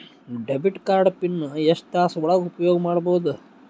Debit card PIN ಎಷ್ಟ ತಾಸ ಒಳಗ ಉಪಯೋಗ ಮಾಡ್ಬಹುದು?